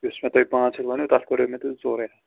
یُس مےٚ تۄہہِ پانٛژھ ہَتھ ؤنیو تَتھ کوٚرو مےٚ تۄہہِ ژورَے ہَتھ